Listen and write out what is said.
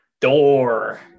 Door